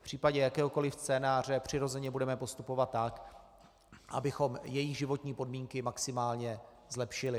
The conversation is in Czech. V případě jakéhokoliv scénáře budeme přirozeně postupovat tak, abychom jejich životní podmínky maximálně zlepšili.